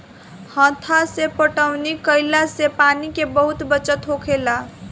हत्था से पटौनी कईला से पानी के बहुत बचत होखेला